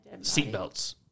Seatbelts